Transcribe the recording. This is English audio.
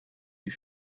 you